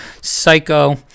psycho